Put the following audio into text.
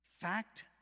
Fact